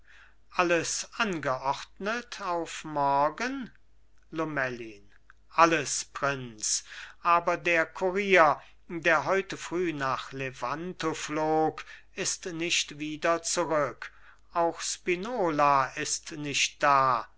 alles angeordnet auf morgen lomellin alles prinz aber der kurier der heute früh nach levanto flog ist nicht wieder zurück auch spinola ist nicht da